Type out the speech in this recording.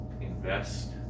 invest